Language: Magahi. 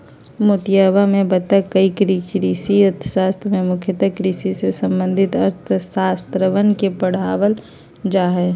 मोहितवा ने बतल कई कि कृषि अर्थशास्त्र में मुख्यतः कृषि से संबंधित अर्थशास्त्रवन के पढ़ावल जाहई